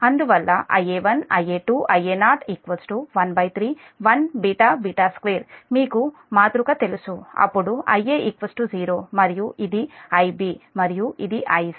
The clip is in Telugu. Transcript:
అందువల్లIa1 Ia2 Ia0 13 1 β β2 మీకు మాతృక తెలుసు అప్పుడు Ia 0 మరియు ఇది Ib మరియు ఇది Ic